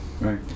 Right